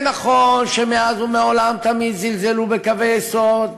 נכון שמאז ומעולם תמיד זלזלו בקווי יסוד,